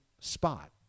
spot